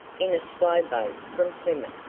in a slow boat from plymouth?